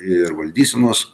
ir valdysenos